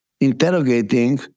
interrogating